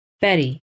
Betty